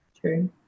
true